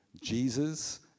Jesus